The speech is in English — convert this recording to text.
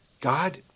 God